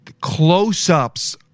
close-ups